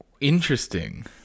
Interesting